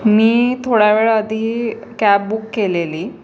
मी थोड्या वेळ अधी कॅब बुक केलेली